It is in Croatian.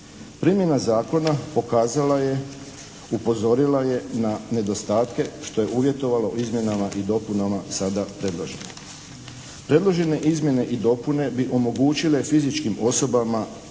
Primjena zakona pokazala je, upozorila je na nedostatke što je uvjetovalo izmjenama i dopunama sada predloženog. Predložene izmjene i dopune bi omogućile fizičkim osobama